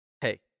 Hey